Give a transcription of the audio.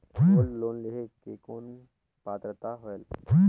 Gold loan लेहे के कौन पात्रता होएल?